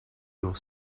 your